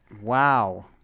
Wow